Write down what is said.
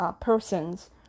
persons